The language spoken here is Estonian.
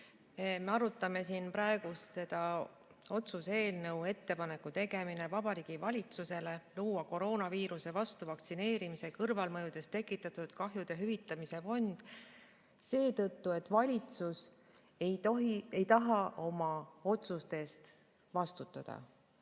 Me arutame siin praegu otsuse "Ettepaneku tegemine Vabariigi Valitsusele luua koroonaviiruse vastu vaktsineerimise kõrvalmõjudest tekitatud kahjude hüvitamise fond" eelnõu seetõttu, et valitsus ei taha oma otsuste eest vastutada.